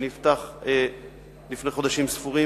הוא נפתח לפני חודשים ספורים,